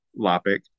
Lopic